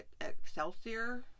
Excelsior